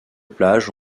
plage